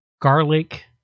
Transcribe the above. garlic